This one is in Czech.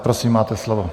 Prosím, máte slovo.